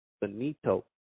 Benito